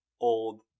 old